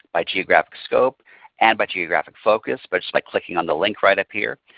by geographic scope and but geographic focus but by clicking on the link right up here.